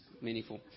meaningful